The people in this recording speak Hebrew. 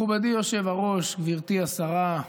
מכובדי היושב-ראש, גברתי השרה,